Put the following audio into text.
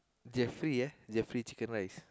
Jefri ya Jefri Chicken Rice